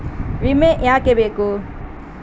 ವಿಮೆ ಯಾಕೆ ಬೇಕು?